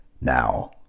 Now